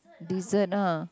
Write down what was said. dessert lah